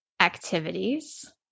activities